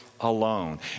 alone